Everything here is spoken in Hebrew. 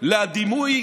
לדימוי